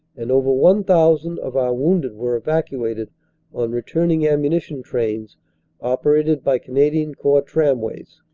and over one thousand of our wounded were evacuated on returning ammunition trains operated by canadian corps tramways.